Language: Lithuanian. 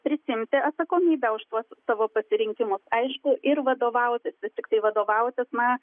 prisiimti atsakomybę už tuos savo pasirinkimus aiškiai ir vadovautis vis tiktai vadovautis na